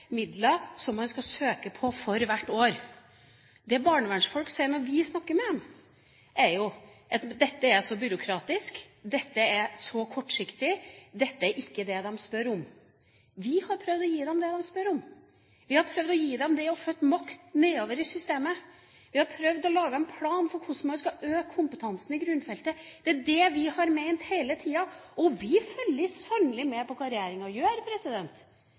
søke på for hvert år. Det barnevernsfolk sier når vi snakker med dem, er at dette er så byråkratisk, dette er så kortsiktig, dette er ikke det de spør om. Vi har prøvd å gi dem det de spør om. Vi har prøvd å gi dem det og ført makt nedover i systemet. Vi har prøvd å lage en plan for hvordan man skal øke kompetansen i grunnfeltet. Det er det vi har ment hele tida. Og vi følger sannelig med på hva regjeringa gjør!